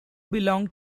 belonged